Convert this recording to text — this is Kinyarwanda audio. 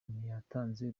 ntiyatanze